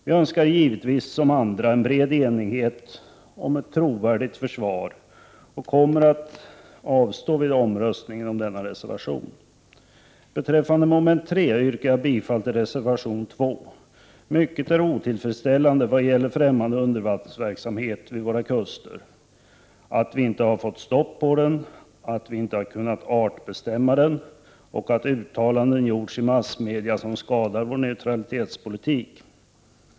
Vi önskar givetvis som andra en bred enighet om ett trovärdigt försvar. Vi kommer att 101 Beträffande mom. 3 yrkar jag bifall till reservation 2. Mycket är otillfredsställande vad gäller ffträmmande undervattensverksamhet vid våra kuster: vi har inte fått stopp på den, vi har inte kunnat artbestämma den, och uttalanden har gjorts i massmedia som skadar vår neutralitetspolitik.